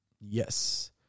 Yes